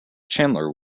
chandler